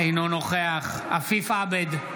אינו נוכח עפיף עבד,